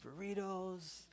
burritos